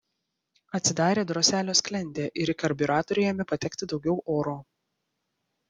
atsidarė droselio sklendė ir į karbiuratorių ėmė patekti daugiau oro